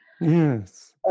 Yes